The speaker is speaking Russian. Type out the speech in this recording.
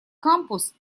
кампус